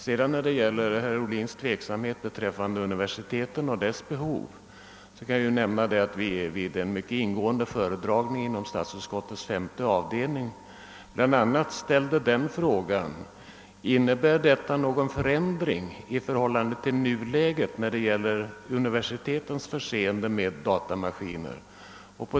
I anledning av herr Ohlins tveksamhet beträffande universiteten och deras behov kan jag nämna, att vi vid den mycket ingående föredragningen i statsutskottets femte avdelning bl.a. ställde frågan: Innebär detta förslag någon förändring i förhållande till nuläget när det gäller att förse universiteten med datamaskiner?